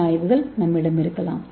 ஏ ஆய்வுகள் நம்மிடம் இருக்கலாம்